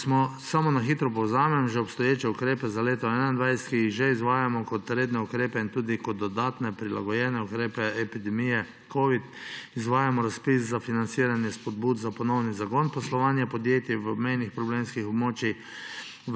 Če samo na hitro povzamem že obstoječe ukrepe za leto 2021, ki jih že izvajamo kot redne ukrepe in tudi kot dodatne, prilagojene ukrepe zaradi epidemije covida. Izvajamo razpis za financiranje spodbud za ponovni zagon poslovanja podjetij v obmejnih problemskih območjih